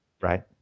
right